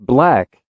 Black